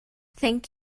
thank